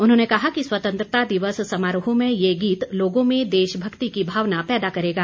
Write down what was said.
उन्होंने कहा कि स्वतंत्रता दिवस समारोह में ये गीत लोगों में देशभक्ति की भावना पैदा करेगा